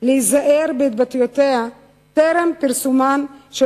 להיזהר בהתבטאויותיה טרם פרסומן של